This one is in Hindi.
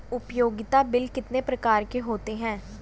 उपयोगिता बिल कितने प्रकार के होते हैं?